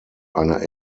eine